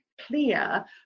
clear